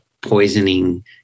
poisoning